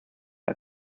are